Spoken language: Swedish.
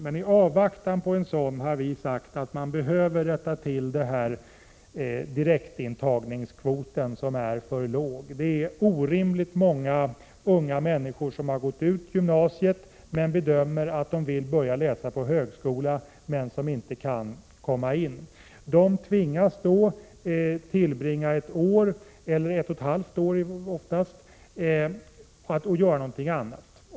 Men i avvaktan på en sådan har vi sagt att man behöver rätta till direktintagningskvoten, som är för låg. Det är orimligt många unga människor som har gått ut gymnasiet, bedömer att de vill börja läsa på högskola, men som inte kan komma in. De tvingas att tillbringa ett år eller oftast ett och ett halvt år med att göra någonting annat.